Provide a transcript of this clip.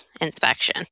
inspection